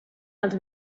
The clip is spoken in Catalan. els